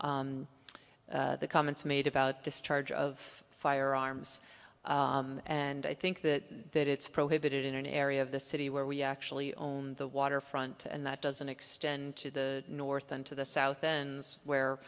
s the comments made about discharge of firearms and i think that that it's prohibited in an area of the city where we actually own the waterfront and that doesn't extend to the north and to the south and where